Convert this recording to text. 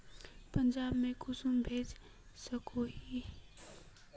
पंजाब में कुंसम भेज सकोही?